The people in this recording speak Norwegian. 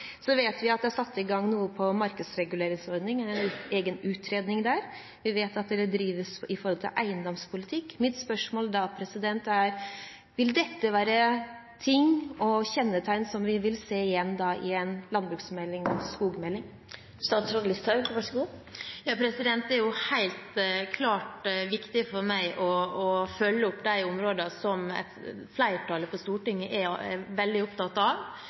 Så vet vi at det er satt i gang en egen utredning om markedsreguleringsordningene. Vi vet at det gjøres noe med eiendomspolitikk. Mitt spørsmål da er: Vil dette være ting og kjennetegn som vi vil se igjen i en landbruks- og skogmelding? Det er helt klart viktig for meg å følge opp de områdene som flertallet på Stortinget er veldig opptatt av.